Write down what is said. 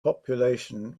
population